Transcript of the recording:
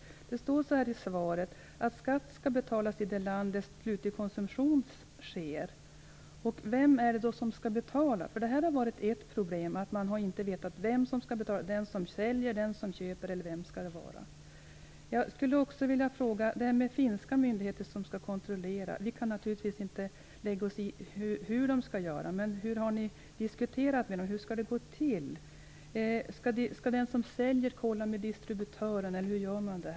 I det skriftliga frågesvaret står att skatt skall betalas i det land där slutlig konsumtion sker. Vem skall betala? Ett problem har varit att man inte har vetat vem som skall betala. Är det den som säljer, den som köper eller vem är det? Jag har också en fråga som gäller de finska myndigheter som skall utföra kontroll. Vi kan naturligtvis inte lägga oss i hur det skall gå till. Vad har ni diskuterat med dem och hur skall det gå till? Skall den som säljer kontrollera med distributören eller hur skall man göra?